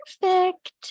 perfect